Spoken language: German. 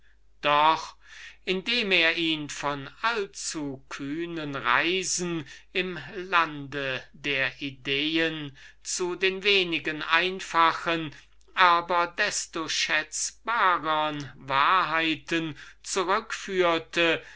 aber indem er ihn von allzukühnen reisen im lande der ideen zu den wenigen einfältigen aber desto schätzbarern wahrheiten